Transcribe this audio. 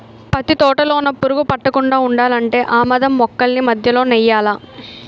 పత్తి తోటలోన పురుగు పట్టకుండా ఉండాలంటే ఆమదం మొక్కల్ని మధ్యలో నెయ్యాలా